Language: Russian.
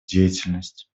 деятельность